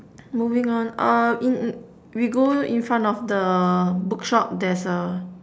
moving on uh in we go in front of the bookshop there's a